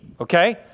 Okay